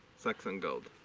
saxon gold